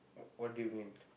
what do you mean